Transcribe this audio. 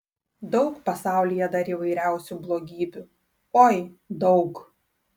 daug pasaulyje dar įvairiausių blogybių oi daug